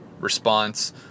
Response